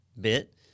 bit